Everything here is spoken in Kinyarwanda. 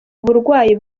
burwayi